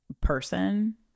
person